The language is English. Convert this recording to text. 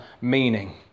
meaning